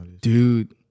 dude